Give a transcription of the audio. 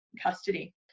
custody